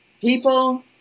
People